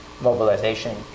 mobilization